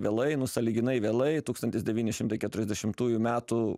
vėlai nu sąlyginai vėlai tūkstantis devyni šimtai keturiasdešimtųjų metų